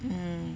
mm